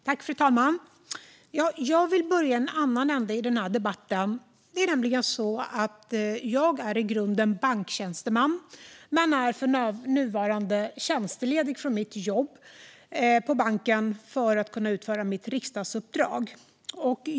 Fru talman! Jag vill börja i en annan ände i den här debatten. Det är nämligen så att jag i grunden är banktjänsteman men för närvarande är tjänstledig från mitt jobb på banken för att kunna utföra mitt riksdagsuppdrag.